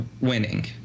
winning